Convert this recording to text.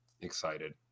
excited